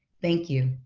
thank you.